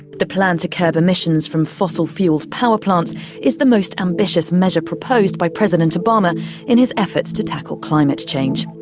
the plan to curb emissions from fossil fuelled power plants is the most ambitious measure proposed by president obama in his efforts to tackle climate change.